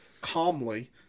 calmly